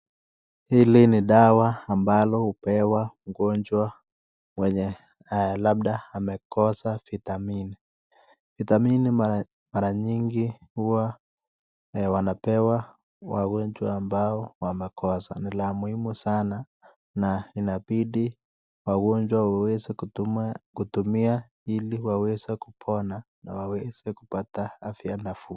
Hili ni dawa ambalo hupewa mgonjwa mwenye labda amekosa vitamini. Vitamini mara nyingi huwa wanapewa wagonjwa ambao wamekosa. Ni la muhimu sana na inabidi wagonjwa waweze kutumia ili waweze kupona na waweze kupata afya nafuu.